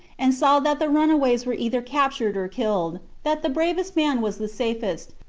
and saw that the runaways were either captured or killed, that the bravest man was the safest,